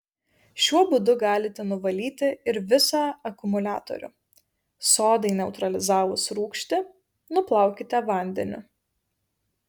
šiuo būdu galite nuvalyti ir visą akumuliatorių sodai neutralizavus rūgštį nuplaukite vandeniu